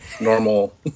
Normal